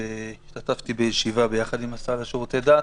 השתתפתי בישיבה ביחד עם השר לשירותי דת,